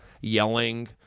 yelling